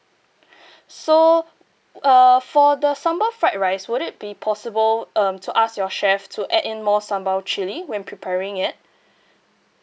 so uh for the sambal fried rice would it be possible um to ask your chef to add in more sambal chilli when preparing it